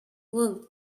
will